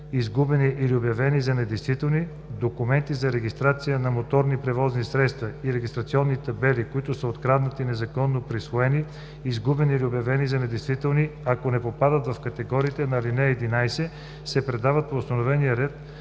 изгубени или обявени за недействителни, документи за регистрация на моторни превозни средства и регистрационни табели, които са откраднати, незаконно присвоени, изгубени или обявени за недействителни, ако не попадат в категориите по ал. 11, се предават по установения ред